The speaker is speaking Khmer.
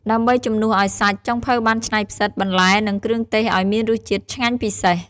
ដើម្បីជំនួសឱ្យសាច់ ចុងភៅបានច្នៃផ្សិត បន្លែ និងគ្រឿងទេសឱ្យមានរសជាតិឆ្ងាញ់ពិសេស។